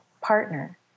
partner